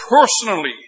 personally